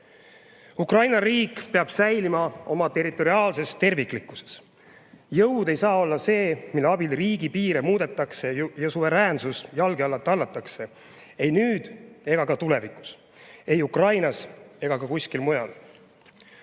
Ukraina riik peab säilima oma territoriaalses terviklikkuses. Jõud ei saa olla see, mille abil riigi piire muudetakse ja suveräänsus jalge alla tallatakse, ei nüüd ega ka tulevikus, ei Ukrainas ega ka kuskil mujal.